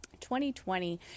2020